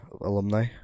alumni